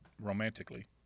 romantically